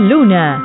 Luna